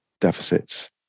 deficits